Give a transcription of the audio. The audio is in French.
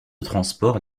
transport